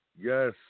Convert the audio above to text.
Yes